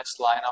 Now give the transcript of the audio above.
lineup